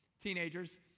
teenagers